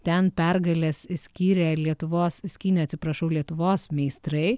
ten pergales skyrė lietuvos skynė atsiprašau lietuvos meistrai